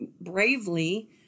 bravely